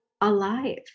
alive